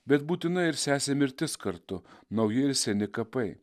bet būtina ir sesė mirtis kartu nauji ir seni kapai